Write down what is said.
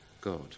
God